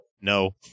No